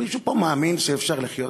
מישהו פה מאמין שאפשר לחיות